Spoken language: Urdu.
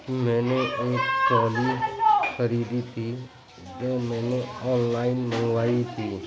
میں نے ایک ٹرالی خریدی تھی جو میں نے آن لائن منگوائی تھی